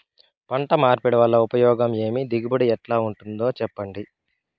పంట మార్పిడి వల్ల ఉపయోగం ఏమి దిగుబడి ఎట్లా ఉంటుందో చెప్పండి?